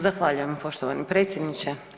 Zahvaljujem poštovani predsjedniče.